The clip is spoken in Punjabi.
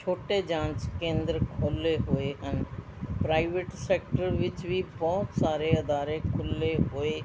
ਛੋਟੇ ਜਾਂਚ ਕੇਂਦਰ ਖੋਲ੍ਹੇ ਹੋਏ ਹਨ ਪ੍ਰਾਈਵੇਟ ਸੈਕਟਰ ਵਿੱਚ ਵੀ ਬਹੁਤ ਸਾਰੇ ਅਦਾਰੇ ਖੁੱਲ੍ਹੇ ਹੋਏ